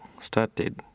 started